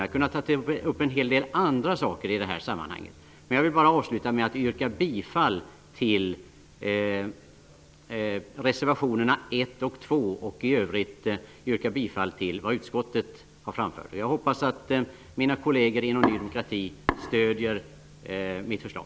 Jag hade kunnat ta upp en hel del andra saker i det här sammanhanget, men jag vill bara avsluta med att yrka bifall till reservationerna 1 och 2 och i övrigt bifall till det utskottet har framfört. Jag hoppas att mina kolleger i Ny demokrati stöder mitt förslag.